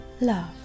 Love